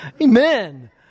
Amen